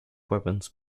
weapons